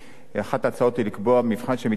אחת ההצעות היא לקבוע מבחן שמתייחס,